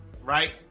Right